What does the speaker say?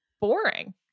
boring